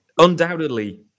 undoubtedly